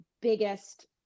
biggest